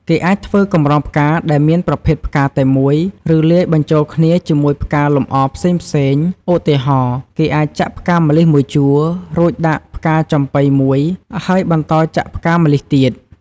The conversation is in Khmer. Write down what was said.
គេអាចធ្វើកម្រងផ្កាដែលមានប្រភេទផ្កាតែមួយ ឬលាយបញ្ចូលគ្នាជាមួយផ្កាលម្អផ្សេងៗ ឧទាហរណ៍ គេអាចចាក់ផ្កាម្លិះមួយជួរ រួចដាក់ផ្កាចំប៉ីមួយ ហើយបន្តចាក់ផ្កាម្លិះទៀត។